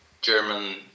German